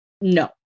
No